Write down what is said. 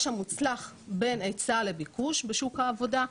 המוצלח בין היצע לביקוש בשוק העבודה.